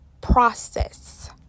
process